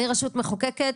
אני רשות מחוקקת,